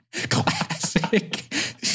Classic